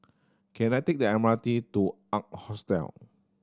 can I take the M R T to Ark Hostel